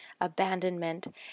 abandonment